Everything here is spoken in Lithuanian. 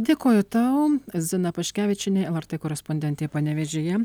dėkoju tau zina paškevičienė lrt korespondentė panevėžyje